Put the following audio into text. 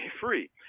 free